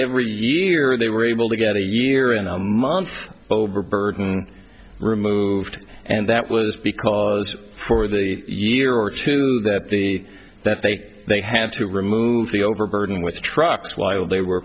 every year they were able to get a year and a month overburden removed and that was because for the year or two that the that they they had to remove the overburden which trucks while they were